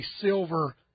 silver